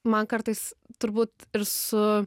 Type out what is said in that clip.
man kartais turbūt ir su